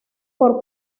por